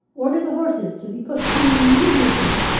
order the horses to be put to immediately!